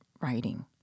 writing